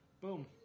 boom